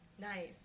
Nice